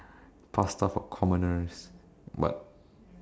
pasta for commoners but